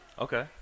Okay